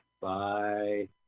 Bye